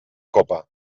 copa